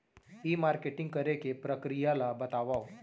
ई marketing करे के प्रक्रिया ला बतावव?